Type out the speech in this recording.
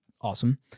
awesome